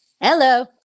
Hello